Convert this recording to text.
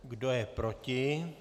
Kdo je proti?